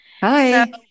Hi